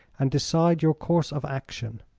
and decide your course of action.